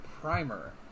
primer